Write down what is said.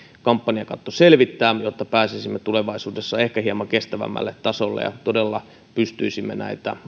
kampanjakatto selvittää jotta pääsisimme tulevaisuudessa ehkä hieman kestävämmälle tasolle ja todella pystyisimme